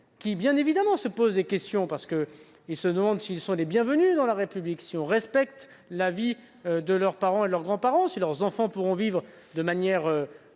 se posent naturellement des questions ; ils se demandent s'ils sont les bienvenus dans la République, si l'on respecte la vie de leurs parents et de leurs grands-parents et si leurs enfants pourront vivre de manière